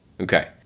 Okay